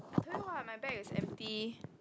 I tell you what my bag is empty